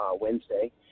Wednesday